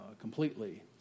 completely